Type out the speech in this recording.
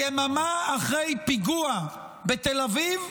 יממה אחרי פיגוע בתל אביב,